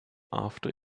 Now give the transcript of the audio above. after